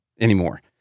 anymore